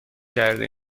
کرده